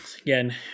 again